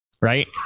Right